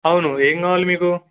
అవును ఏం కావాలి మీకు